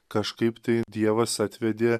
kažkaip tai dievas atvedė